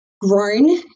grown